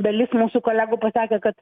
dalis mūsų kolegų pasakė kad